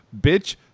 bitch